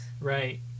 Right